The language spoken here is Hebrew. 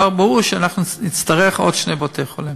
חבר הכנסת אראל מרגלית